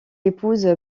épouse